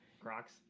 Crocs